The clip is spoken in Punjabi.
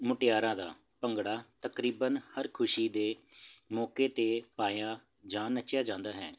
ਮੁਟਿਆਰਾਂ ਦਾ ਭੰਗੜਾ ਤਕਰੀਬਨ ਹਰ ਖੁਸ਼ੀ ਦੇ ਮੌਕੇ 'ਤੇ ਪਾਇਆ ਜਾਂ ਨੱਚਿਆ ਜਾਂਦਾ ਹੈ